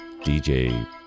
dj